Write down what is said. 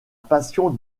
passion